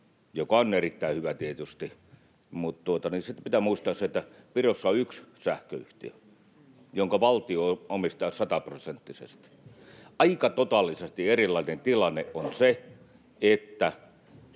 joka on erittäin hyvä tietysti, mutta sitten pitää muistaa se, että Virossa on yksi sähköyhtiö, jonka valtio omistaa sataprosenttisesti. Aika totaalisesti erilainen tilanne on se, että